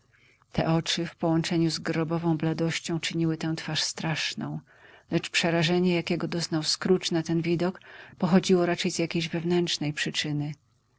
te oczy w połączeniu z grobową bladością czyniły tę twarz straszną lecz przerażenie jakiego doznał scrooge na ten widok pochodziło raczej z jakiejś wewnętrznej przyczyny